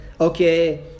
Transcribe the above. okay